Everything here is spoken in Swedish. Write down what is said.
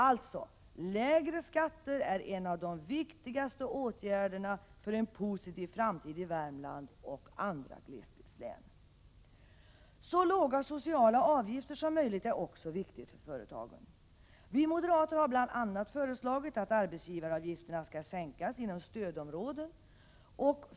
Alltså: en sänkning av skatterna är en av de viktigaste åtgärderna för en positiv framtid i Värmland och andra glesbygdslän. Så låga sociala avgifter som möjligt är också viktigt för företagen. Vi moderater har bl.a. föreslagit att arbetsgivaravgifterna skall sänkas inom stödområdet.